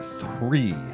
three